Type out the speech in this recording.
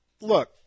Look